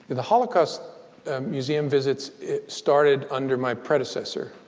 the holocaust museum visits started under my predecessor.